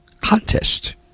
contest